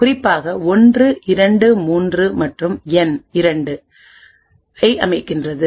குறிப்பாக 1 2 3 மற்றும் என் 2 ஐ அமைக்கிறது